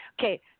Okay